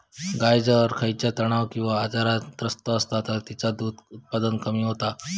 गाय जर खयच्या तणाव किंवा आजारान त्रस्त असात तर तिचा दुध उत्पादन कमी होता